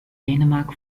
dänemark